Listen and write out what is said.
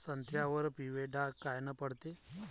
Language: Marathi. संत्र्यावर पिवळे डाग कायनं पडते?